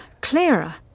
clearer